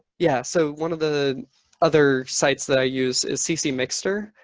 yeah. so one of the other sites that i use is cc mixer.